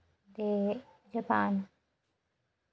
ते जापान